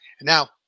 Now